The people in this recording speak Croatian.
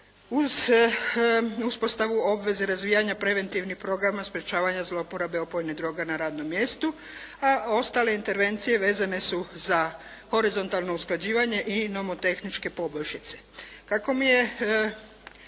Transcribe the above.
uz uspostavu obveze razvijanja preventivnih programa sprječavanja zloporabe opojnih droga na radnom mjestu, a ostale intervencije vezane su za horizontalno usklađivanje i nomotehničke poboljšice.